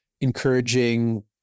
encouraging